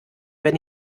wenn